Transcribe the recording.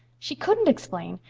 she couldn't explain.